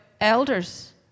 elders